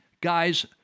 guys